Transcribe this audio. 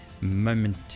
moment